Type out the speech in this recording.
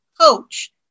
coach